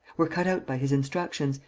were cut out by his instructions,